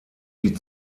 die